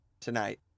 tonight